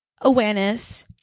awareness